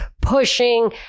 pushing